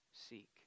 Seek